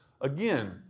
again